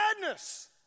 madness